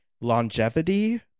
longevity